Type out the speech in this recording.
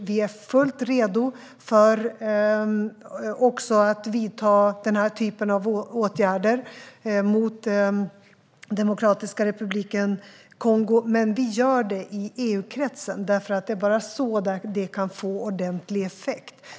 Vi är fullt redo att vidta också denna typ av åtgärder mot Demokratiska republiken Kongo, men vi gör det i EU-kretsen. Det är bara så det kan få ordentlig effekt.